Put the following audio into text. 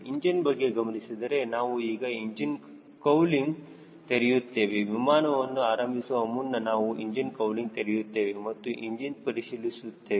engine ಬಗ್ಗೆ ಗಮನಿಸಿದರೆ ನಾವು ಈಗ ಇಂಜಿನ್ ಕೌಲಿಂಗ್ ತೆರೆಯುತ್ತೇವೆ ವಿಮಾನವನ್ನು ಆರಂಭಿಸುವ ಮುನ್ನ ನಾವು ಇಂಜಿನ್ ಕೌಲಿಂಗ್ ತೆರೆಯುತ್ತೇವೆ ಮತ್ತು ಇಂಜಿನ್ ಪರಿಶೀಲಿಸುತ್ತೇವೆ